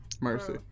mercy